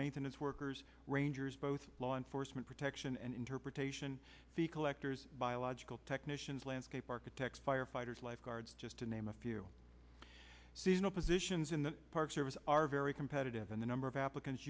maintenance workers rangers both law enforcement protection and interpretation the collectors biological technicians landscape architects firefighters lifeguards just to name a few seasonal positions in the park service are very competitive and the number of applicants